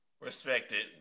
Respected